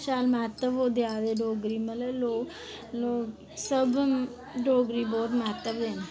शैल महत्व ओह् देआ दे डोगरी मतलब लोग सब डोगरी बहोत महत्व दिंदे